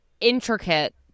intricate